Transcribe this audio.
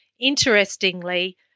interestingly